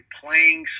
playing